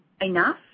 enough